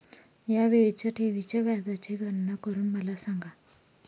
या वेळीच्या ठेवीच्या व्याजाची गणना करून मला सांगा